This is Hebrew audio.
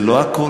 זה לא הכול,